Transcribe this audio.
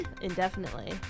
Indefinitely